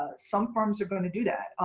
some firms are going to do that.